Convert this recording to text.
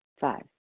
Five